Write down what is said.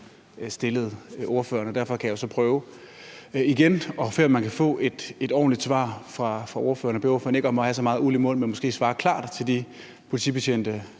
se, om man kan få et ordentligt svar fra ordføreren. Ordføreren behøver ikke at have så meget uld i mund, men måske svare klart til de politibetjente,